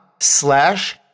slash